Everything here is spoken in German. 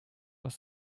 aus